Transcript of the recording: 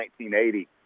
1980